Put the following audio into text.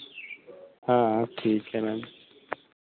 हाँ ठीक है मैम